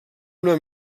una